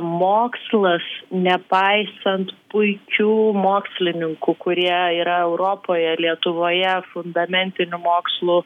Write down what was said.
mokslas nepaisant puikių mokslininkų kurie yra europoje lietuvoje fundamentinių mokslo